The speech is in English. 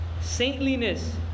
Saintliness